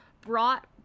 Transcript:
brought